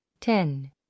ten